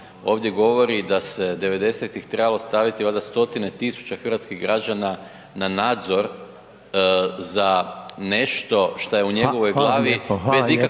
ovdje govori da se 90-ih trebali staviti valjda stotine tisuća hrvatskih građana na nadzor za nešto što je u njegovoj glavi … **Reiner,